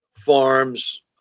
farms